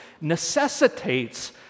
necessitates